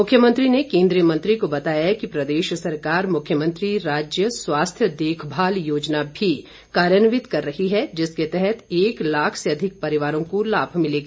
मुख्यमंत्री ने केंद्रीय मंत्री को बताया कि प्रदेश सरकार मुख्यमंत्री राज्य स्वास्थ्य देखभाल योजना भी कार्यान्वित कर रही है जिसके तहत एक लाख से अधिक परिवारों को लाभ मिलेगा